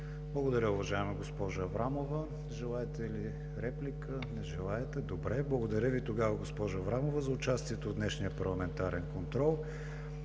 Благодаря, уважаема госпожо Аврамова. Желаете ли реплика? Не. Благодаря Ви, госпожо Аврамова, за участието в днешния парламентарен контрол.